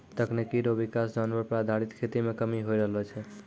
तकनीकी रो विकास जानवर पर आधारित खेती मे कमी होय रहलो छै